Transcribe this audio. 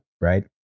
right